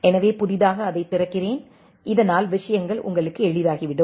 எனவே புதிதாக அதைத் திறக்கிறேன் இதனால் விஷயங்கள் உங்களுக்கு எளிதாகிவிடும்